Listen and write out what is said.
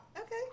Okay